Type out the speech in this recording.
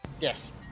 Yes